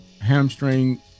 hamstring